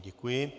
Děkuji.